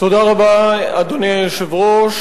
אדוני היושב-ראש,